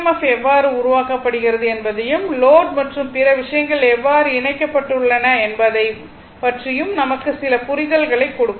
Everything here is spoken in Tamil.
எஃப் எவ்வாறு உருவாக்கப்படுகிறது என்பதையும் லோட் மற்றும் பிற விஷயங்கள் எவ்வாறு இணைக்கப்பட்டுள்ளன என்பதை பற்றியும் நமக்கு சில புரிதல்களை கொடுக்கும்